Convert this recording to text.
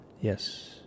Yes